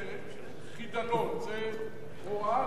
זה לא חידלון, זו הוראה לא להרוס.